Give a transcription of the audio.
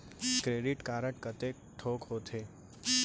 Credit card कतेक ठोक होथे?